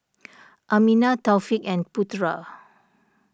Aminah Taufik and Putera